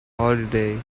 holiday